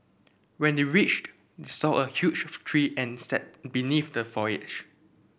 when they reached they saw a huge tree and sat beneath the